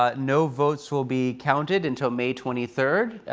ah no votes will be counted until may twenty third,